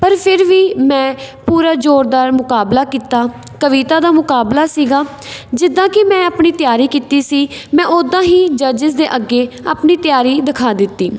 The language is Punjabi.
ਪਰ ਫਿਰ ਵੀ ਮੈਂ ਪੂਰਾ ਜ਼ੋਰਦਾਰ ਮੁਕਾਬਲਾ ਕੀਤਾ ਕਵਿਤਾ ਦਾ ਮੁਕਾਬਲਾ ਸੀਗਾ ਜਿੱਦਾਂ ਕਿ ਮੈਂ ਆਪਣੀ ਤਿਆਰੀ ਕੀਤੀ ਸੀ ਮੈਂ ਉਦਾਂ ਹੀ ਜੱਜਿਸ ਦੇ ਅੱਗੇ ਆਪਣੀ ਤਿਆਰੀ ਦਿਖਾ ਦਿੱਤੀ